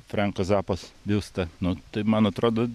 frenko zapos biustą nu tai man atrodo